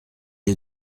est